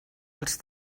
els